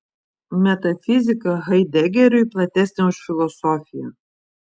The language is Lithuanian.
metafizika haidegeriui platesnė už filosofiją